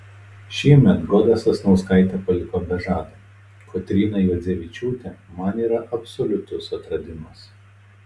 šiemet goda sasnauskaitė paliko be žado kotryna juodzevičiūtė man yra absoliutus atradimas